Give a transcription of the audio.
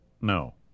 No